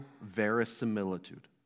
verisimilitude